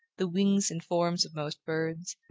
the wings and forms of most birds,